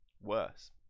Worse